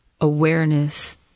awareness